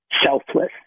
selfless